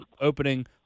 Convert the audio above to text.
opening